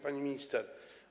Pani Minister!